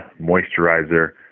moisturizer